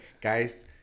guys